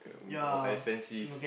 all expensive